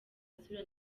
isura